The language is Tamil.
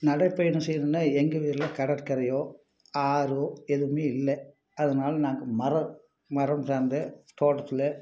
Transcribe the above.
நடை பயணம் செய்யணும்னால் எங்கள் ஊரில் கடற்கரையோ ஆறோ எதுவுமே இல்லை நாங்கள் மரம் மரம் சார்ந்த தோட்டத்தில்